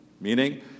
Meaning